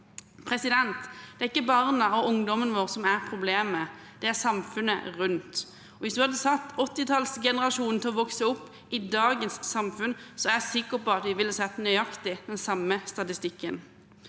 utenforskap. Det er ikke barna og ungdommene våre som er problemet, det er samfunnet rundt. Hvis vi hadde satt 80tallsgenerasjonen til å vokse opp i dagens samfunn, er jeg sikker på at vi ville sett nøyaktig den samme statistikken.